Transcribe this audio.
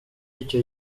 icyo